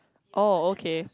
oh okay